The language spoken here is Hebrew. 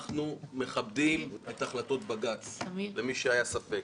אנחנו מכבדים את החלטות בג"צ, למי שהיה ספק.